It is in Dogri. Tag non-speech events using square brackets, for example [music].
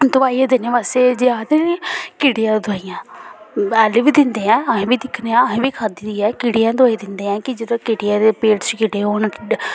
दवाइयां देने आस्ते जे आखदे नी कीड़े आह्ली दवाइयां [unintelligible] बी दिंदे ऐ अहें बी दिक्खने आं अहें बी खाद्धी दी ऐ कीड़ें आह्ली दवाई दिंदे ऐ कि जेह्ड़े कीड़े पेट च कीड़े होन